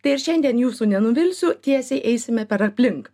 tai ir šiandien jūsų nenuvilsiu tiesiai eisime per aplink